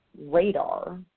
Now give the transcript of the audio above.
radar